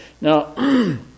Now